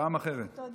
תודה